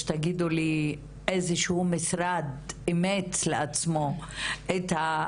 שתגידו לי אם איזשהו משרד אימץ לעצמו את,